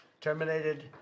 terminated